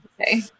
okay